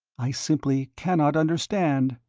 i simply cannot understand.